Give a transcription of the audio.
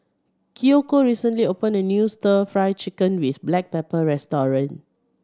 Kiyoko recently opened a new Stir Fry Chicken with black pepper restaurant